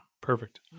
Perfect